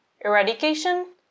eradication